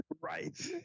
Right